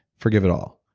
forgive it all.